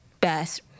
best